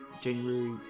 January